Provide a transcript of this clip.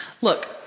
look